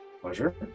Pleasure